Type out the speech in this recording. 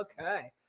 okay